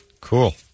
Cool